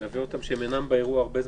אני מלווה אותם שהם אינם באירוע הרבה זמן.